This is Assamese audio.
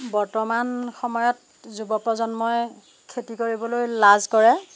বৰ্তমান সময়ত যুৱপ্ৰজন্মই খেতি কৰিবলৈ লাজ কৰে